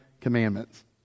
commandments